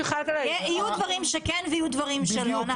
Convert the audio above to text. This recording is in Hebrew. יהיו דברים שכן ויהיו דברים שלא.